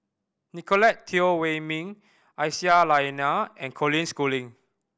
Nicolette Teo Wei Min Aisyah Lyana and Colin Schooling